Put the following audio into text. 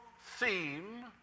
theme